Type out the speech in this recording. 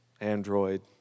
Android